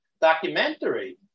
documentary